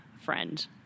Friend